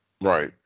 Right